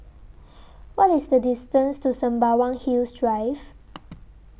What IS The distance to Sembawang Hills Drive